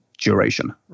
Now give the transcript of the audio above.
duration